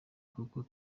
kuko